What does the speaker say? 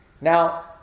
Now